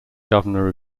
governor